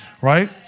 right